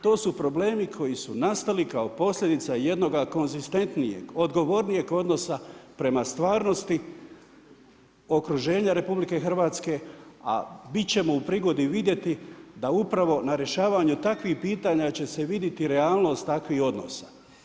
To su problemi koji su nastali kao posljedica jednoga konzistentnijeg, odgovornijeg odnosa prema stvarnosti okruženja Republike Hrvatske a bit ćemo u prigodi vidjeti da upravo na rješavanju takvih pitanja će se vidjeti realnost takvih odnosa.